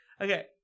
okay